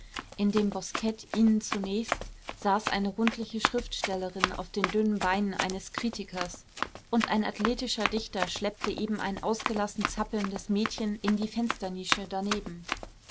in dem boskett ihnen zunächst saß eine rundliche schriftstellerin auf den dünnen beinen eines kritikers und ein athletischer dichter schleppte eben ein ausgelassen zappelndes mädchen in die fensternische daneben